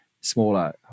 smaller